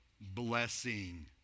blessing